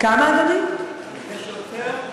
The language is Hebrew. בעזרת השם, יש יותר,